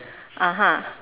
(uh huh)